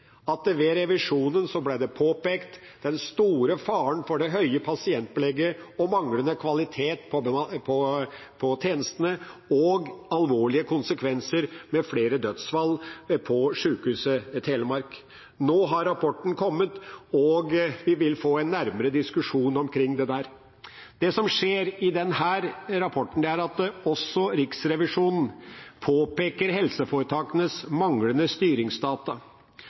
at det ved revisjonen ble påpekt den store faren for det høye pasientbelegget og manglende kvalitet på tjenestene og alvorlige konsekvenser med flere dødsfall på Sykehuset Telemark. Nå har rapporten kommet, og vi vil få en nærmere diskusjon omkring dette. Det som skjer i denne rapporten, er at også Riksrevisjonen påpeker helseforetakenes manglende styringsdata.